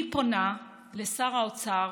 אני פונה לשר האוצר